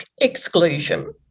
exclusion